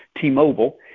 T-Mobile